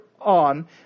on